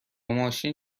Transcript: ماشین